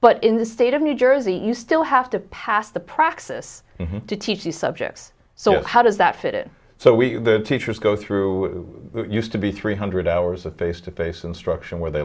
but in the state of new jersey you still have to pass the praxis to teach the subjects so how does that fit in so we the teachers go through used to be three hundred hours of face to face instruction where they